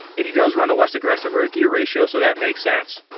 and he does run a less aggressive rear gear ratio, so that makes sense.